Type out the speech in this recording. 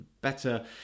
better